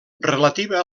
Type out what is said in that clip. relativa